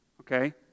okay